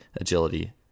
agility